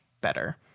better